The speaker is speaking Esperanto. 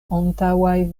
antaŭaj